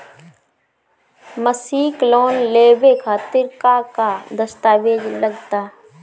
मसीक लोन लेवे खातिर का का दास्तावेज लग ता?